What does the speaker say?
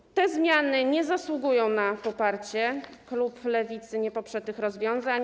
Przedstawione zmiany nie zasługują na poparcie, klub Lewicy nie poprze tych rozwiązań.